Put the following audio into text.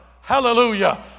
Hallelujah